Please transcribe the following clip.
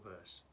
verse